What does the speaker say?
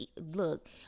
look